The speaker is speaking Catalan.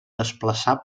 desplaçar